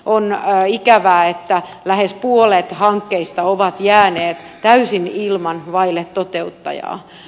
on ikävää että lähes puolet hankkeista on jäänyt täysin vaille toteuttajaa